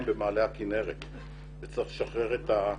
במעלה הכינרת וצריך לשחרר את המעיינות.